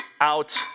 out